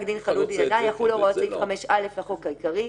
דין חלוט בעניינה יחולו הוראות סעיף 5(א) לחוק העיקרי,